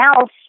else